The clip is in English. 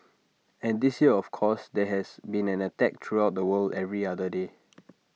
and this year of course there has been an attack throughout the world every other day